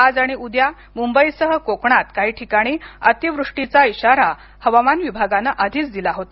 आज आणि उद्या मुंबईसह कोकणात काही ठिकाणी अतिवृष्टीचा इशारा हवामान विभागानं आधीच दिला होता